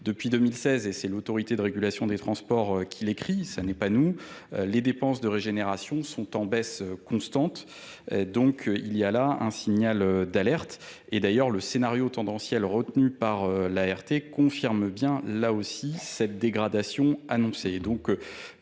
seize et c'est l'autorité de régulation des des transports qu'il écrit ce n'est pas nous les dépenses de régénération sont en baisse constante et donc il y a là un signal d'alerte et d'ailleurs le scénario tendanciel retenu par l'a r rt confirme bien là aussi cette dégradation annoncée